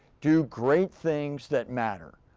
do great things that matter.